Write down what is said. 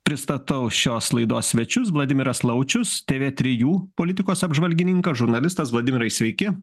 pristatau šios laidos svečius vladimiras laučius tv trijų politikos apžvalgininkas žurnalistas vladimirai sveiki